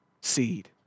seed